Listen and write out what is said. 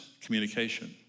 communication